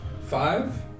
Five